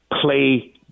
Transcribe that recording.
Play